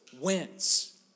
wins